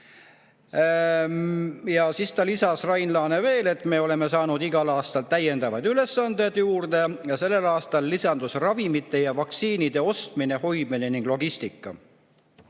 Ja siis lisas Rain Laane veel, et nad on saanud igal aastal täiendavaid ülesandeid juurde, sellel aastal lisandus ravimite ja vaktsiinide ostmine, hoidmine ning logistika.